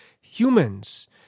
humans